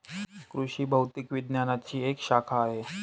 कृषि भौतिकी विज्ञानची एक शाखा आहे